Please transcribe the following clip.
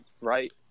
Right